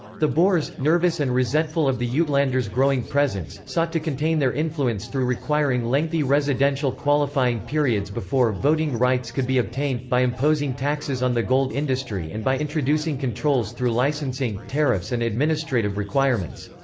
the boers, nervous and resentful of the yeah uitlanders' growing presence, sought to contain their influence through requiring lengthy residential qualifying periods before voting rights could be obtained, by imposing taxes on the gold industry and by introducing controls through licensing, tariffs and administrative requirements.